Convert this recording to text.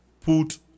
put